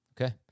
Okay